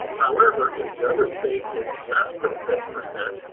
however, if the other state is less than six percent,